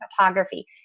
photography